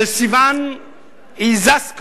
של סיון איזסקו,